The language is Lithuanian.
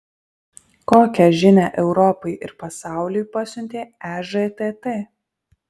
kokią žinią europai ir pasauliui pasiuntė ežtt